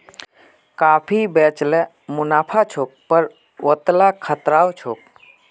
काफी बेच ल मुनाफा छोक पर वतेला खतराओ छोक